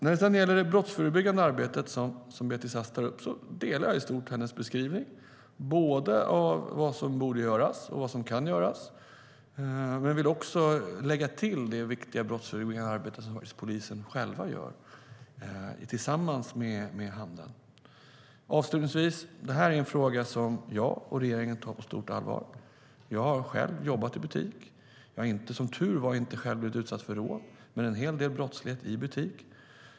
När det gäller det brottsförebyggande arbetet, som Beatrice Ask tar upp, delar jag i stort hennes beskrivning, både av vad som borde göras och av vad som kan göras. Men jag vill lägga till det viktiga brottsförebyggande arbete som polisen själv gör tillsammans med handeln. Avslutningsvis: Det här är en fråga som jag och regeringen tar på stort allvar. Jag har själv jobbat i butik och har som tur var inte själv blivit utsatt för rån men en hel del brottslighet i butik.